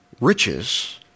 riches